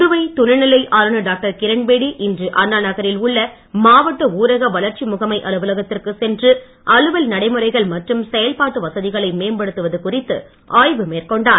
புதுவை துணை நிலை ஆளுநர் டாக்டர் கிரண்பேடி இன்று அண்ணா நகரில் உள்ள மாவட்ட ஊரக வளர்ச்சி முகமை அலுவலகத்திற்கு சென்று அலுவல் நடைமுறைகள் மற்றும் செயல்பாட்டு வசதிகளை மேம்படுத்துவது குறித்து ஆய்வு மேற்கொண்டார்